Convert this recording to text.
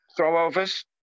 Throwovers